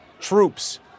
troops